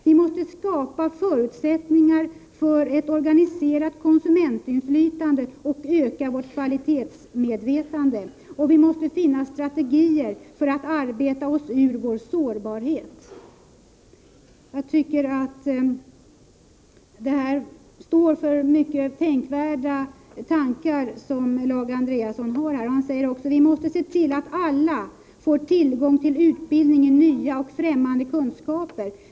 Vi måste skapa förutsättningar för ett organiserat konsumentinflytande och öka vårt kvalitetsmedvetande. Vi måste finna strategier för att arbeta oss ur vår sårbarhet.” Jag tycker det som Lage Andréasson skrivit är mycket tänkvärt. Han säger också: ”Vi måste se till att alla får tillgång till utbildning i nya och främmande kunskaper.